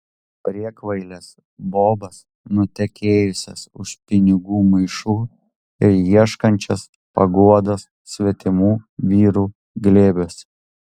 priekvailes bobas nutekėjusias už pinigų maišų ir ieškančias paguodos svetimų vyrų glėbiuose